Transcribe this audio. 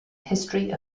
history